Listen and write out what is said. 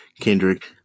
kendrick